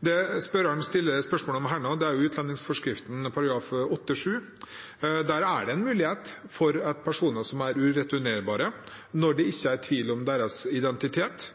Det han stiller spørsmål om her, er utlendingsforskriften § 8-7. Den gir en mulighet for at personer som er ureturnerbare, når det ikke er tvil om deres identitet